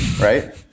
right